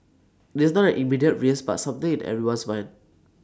it's not an immediate risk but something in everyone's mind